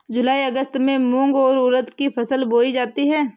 जूलाई अगस्त में मूंग और उर्द की फसल बोई जाती है